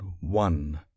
one